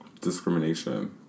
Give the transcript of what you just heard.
discrimination